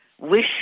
wish